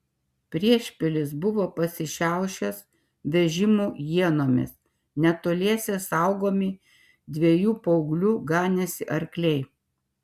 priešpilis buvo pasišiaušęs vežimų ienomis netoliese saugomi dviejų paauglių ganėsi arkliai